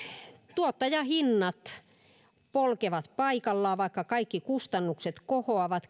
tuottajahinnat polkevat paikallaan vaikka kaikki kustannukset kohoavat keskimääräinen